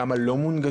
כמה לא מונגשים?